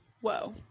Whoa